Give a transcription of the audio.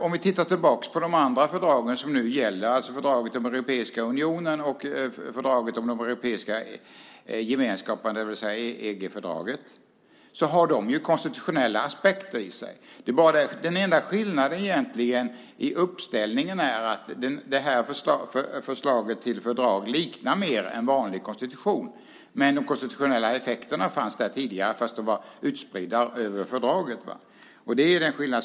Om vi tittar tillbaka på de andra fördrag som nu gäller, alltså fördraget om Europeiska unionen och fördraget om Europeiska gemenskaperna, det vill säga EG-fördraget, ser vi att de har konstitutionella aspekter i sig. Den enda skillnaden i uppställningen är egentligen att det här förslaget till fördrag mer liknar en vanlig konstitution. De konstitutionella effekterna fanns där även tidigare, men de var utspridda över fördraget. Det är skillnaden.